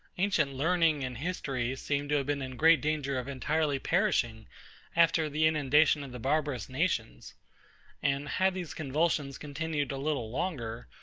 ancient learning and history seem to have been in great danger of entirely perishing after the inundation of the barbarous nations and had these convulsions continued a little longer,